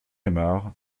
aymard